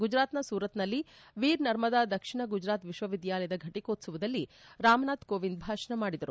ಗುಜರಾತ್ನ ಸೂರತ್ನಲ್ಲಿ ವೀರ್ನರ್ಮದಾ ದಕ್ಷಿಣ ಗುಜರಾತ್ ವಿಶ್ವವಿದ್ಯಾಲಯದ ಫಟಕೋತ್ಸವದಲ್ಲಿ ರಾಮನಾಥ್ ಕೋವಿಂದ್ ಭಾಷಣ ಮಾಡಿದರು